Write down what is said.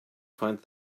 find